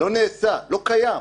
לא נעשה ולא קיים.